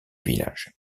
village